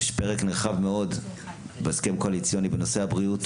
יש פרק נרחב בהסכם הקואליציוני בנושא הבריאות,